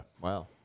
wow